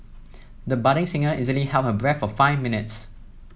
the budding singer easily held her breath for five minutes